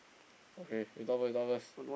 okay you talk first talk first